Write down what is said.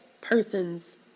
person's